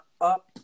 up